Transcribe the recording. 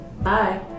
Bye